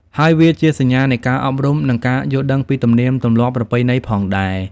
ហើយវាជាសញ្ញានៃការអប់រំនិងការយល់ដឹងពីទំនៀមទម្លាប់ប្រពៃណីផងដែរ។